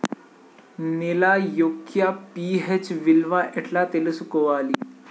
నేల యొక్క పి.హెచ్ విలువ ఎట్లా తెలుసుకోవాలి?